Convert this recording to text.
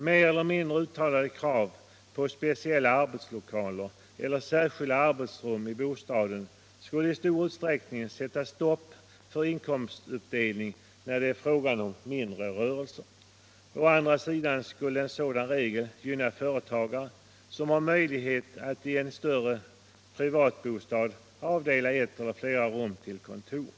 Mer eller mindre uttalade krav på speciella arbetslokaler eller särskilda arbetsrum i bostaden skulle i stor utsträckning sätta stopp för inkomstuppdelning när det är fråga om mindre rörelse. Å andra sidan skulle en sådan regel gynna företagare som har möjlighet att i en större privatbostad avdela ett eller flera rum till kontor.